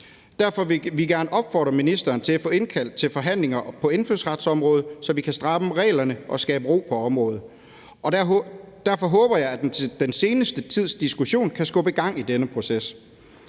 Derfor vil vi gerne opfordre ministeren til at få indkaldt til forhandlinger på indfødsretsområdet, så vi kan stramme reglerne og skabe ro på området. Og derfor håber jeg, at den seneste tids diskussion kan skubbe til processen